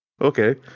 Okay